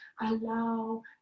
allow